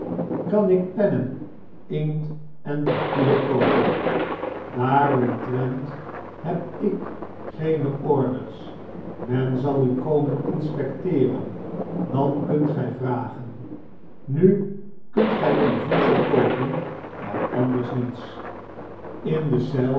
kan ik pennen inkt en papier koopen daaromtrent heb ik geene orders men zal u komen inspecteeren dan kunt gij ragen nu kunt gjj uw voedsel koopen maar anders niets in de